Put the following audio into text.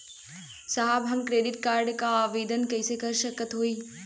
साहब हम credit card क आवेदन कइसे कर सकत हई?